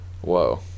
Whoa